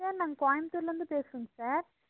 sir நாங்கள் கோயம்புத்தூர்லேருந்து பேசுகிறோங்க சார்